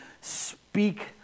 speak